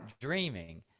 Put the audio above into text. dreaming